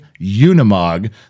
Unimog